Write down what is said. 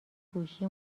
گوشی